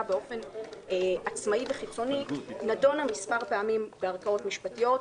באופן עצמאי וחיצוני נדונה מספר פעמים בערכאות משפטיות,